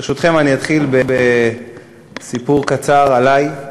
ברשותכם, אני אתחיל בסיפור קצר עלי,